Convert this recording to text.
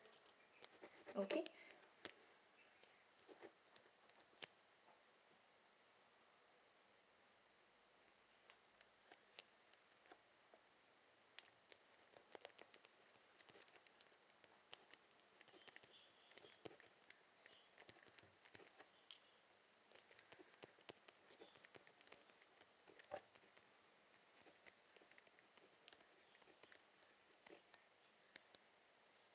okay